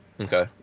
Okay